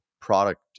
product